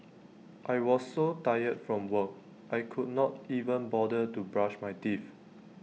I was so tired from work I could not even bother to brush my teeth